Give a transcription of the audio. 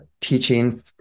teaching